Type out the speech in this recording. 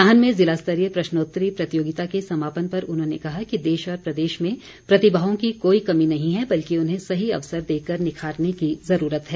नाहन में ज़िलास्तरीय प्रश्नोत्तरी प्रतियोगिता के समापन पर उन्होंने कहा कि देश और प्रदेश में प्रतिभाओं की कोई कमी नहीं है बल्कि उन्हें सही अवसर देकर निखारने की ज़रूरत है